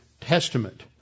Testament